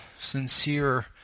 sincere